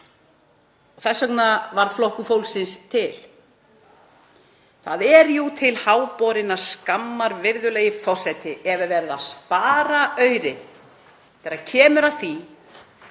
Þess vegna varð Flokkur fólksins til. Það er jú til háborinnar skammar, virðulegi forseti, ef verið er að spara aurinn þegar kemur að því